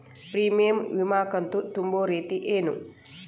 Premium ವಿಮಾ ಕಂತು ತುಂಬೋ ರೇತಿ ಏನು?